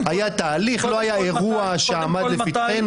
היה תהליך, לא היה אירוע שעמד לפתחנו.